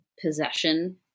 possession